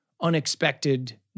unexpected